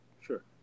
Sure